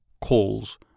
calls